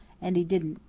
and he didn't.